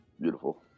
Beautiful